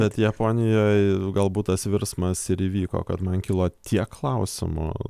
bet japonijoj galbūt tas virsmas ir įvyko kad man kilo tiek klausimų